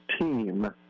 team